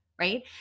right